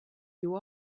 you